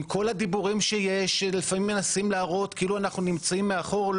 עם כל הדיבורים שיש שלפעמים מנסים להראות כאילו אנחנו נמצאים מאחור,